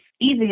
easy